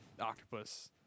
octopus